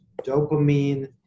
dopamine